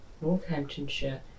Northamptonshire